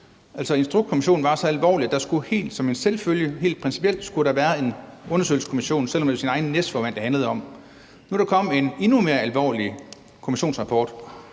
Instrukskommissionens rapport var så alvorlig, at der helt principielt som en selvfølge skulle være en undersøgelseskommission, selv om det var partiets egen næstformand, det handlede om. Nu er der kommet en endnu mere alvorlig kommissionsrapport.